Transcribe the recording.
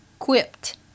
quipped